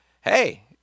hey